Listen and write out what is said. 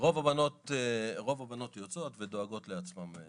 רוב הבנות יוצאות ודואגות לעצמן.